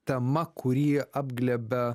tema kurį apglėbia